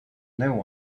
new